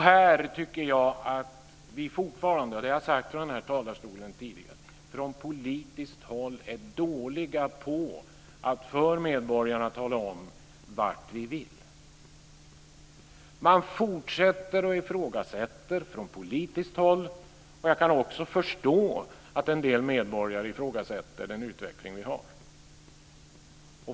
Här tycker jag att vi fortfarande, det har jag sagt från den här talarstolen tidigare, från politiskt håll är dåliga på att för medborgarna tala om vart vi vill. Man fortsätter att ifrågasätta från politiskt håll. Jag kan också förstå att en del medborgare ifrågasätter den utveckling vi har.